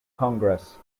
congress